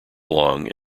long